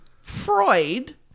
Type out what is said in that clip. Freud